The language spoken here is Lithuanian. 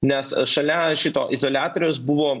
nes šalia šito izoliatoriaus buvo